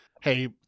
hey